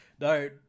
no